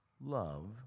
love